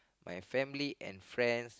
my family and friends